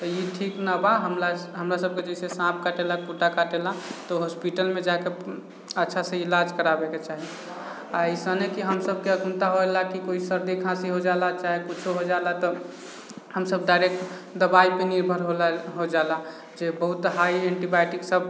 तऽ ई ठीक नहि बा हमला हमरा सभके जे साँप काटेला कुत्ता काटेला तऽ हॉस्पिटलमे जाके अच्छासँ इलाज कराबैके चाही आइसने कि हमसभके अखुन्ता होइलाके कोइ सर्दी खाँसी हो जाला चाहे कुछो हो जाला तो हमसभ डाइरेक्ट दबाइपर निर्भर होला हो जाला जे बहुत हाइ एन्टीबायोटिक सभ